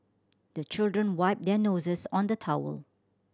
the children wipe their noses on the towel